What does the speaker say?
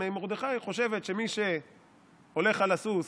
מרדכי" היא חושבת שמי הולך על הסוס